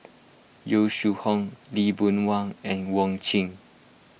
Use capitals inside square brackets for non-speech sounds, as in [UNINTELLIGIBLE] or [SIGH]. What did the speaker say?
Yong Shu Hoong Lee Boon Wang and Wong [UNINTELLIGIBLE]